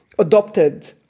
adopted